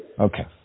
Okay